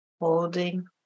Holding